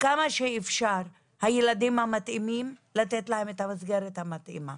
כמה שאפשר לתת לילדים המתאימים את המסגרת המתאימה.